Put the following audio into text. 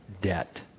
debt